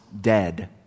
dead